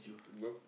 nope